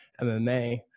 MMA